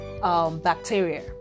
Bacteria